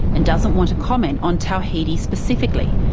and doesn't want to comment on tawhidi specifically,